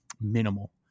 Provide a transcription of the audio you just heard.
minimal